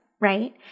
right